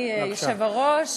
עם תוספת של איימן עודה,